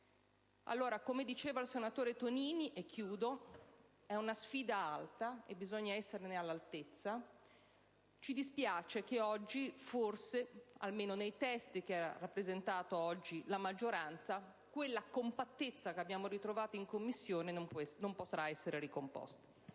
come ha detto il senatore Tonini, è una sfida alta e bisogna esserne all'altezza. Ci dispiace che oggi, almeno nei testi che ha presentato oggi la maggioranza, quella compattezza che abbiamo ritrovato in Commissione non potrà essere ricomposta.